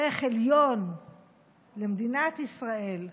ערך עליון למדינת ישראל,